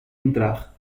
entrar